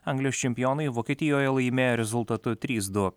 anglijos čempionai vokietijoje laimėjo rezultatu trys du